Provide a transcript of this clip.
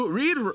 read